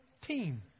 team